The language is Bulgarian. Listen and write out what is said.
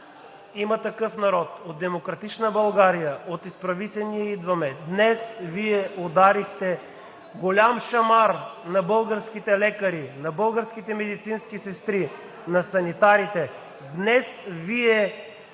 „Има такъв народ“, от „Демократична България“, от „Изправи се! Ние идваме!“, ударихте голям шамар на българските лекари, на българските медицински сестри, на санитарите! Днес Вие